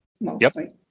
mostly